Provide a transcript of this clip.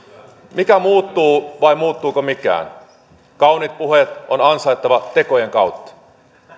mikä muuttuu vai muuttuuko mikään kauniit puheet on ansaittava tekojen kautta